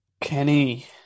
Kenny